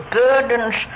burdens